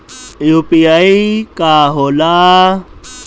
UPI का होला?